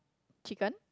chicken